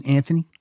Anthony